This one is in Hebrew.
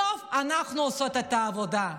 בסוף אנחנו עושות את העבודה.